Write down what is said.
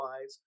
wise